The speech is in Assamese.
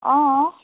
অ